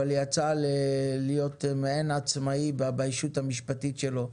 אבל יצא להיות מעין עצמאי בישות המשפטית שלו.